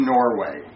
Norway